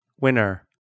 Winner